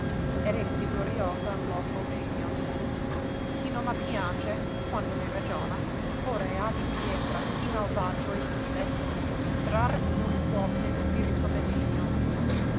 ed èssi gloriosa in loco degno chi no la piange quando ne ragiona core ha di pietra sì malvagio e vile ch'entrar no i puote spirito benegno